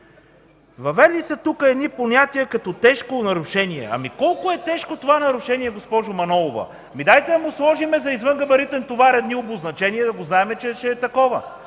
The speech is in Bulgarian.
Въвели са тук едни понятия като „тежко нарушение”. Ами колко е тежко това нарушение, госпожо Манолова? Дайте да му сложим за извънгабаритен товар едни обозначения, за да го знаем, че ще е такова.